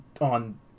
on